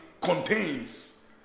contains